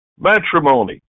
matrimony